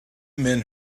men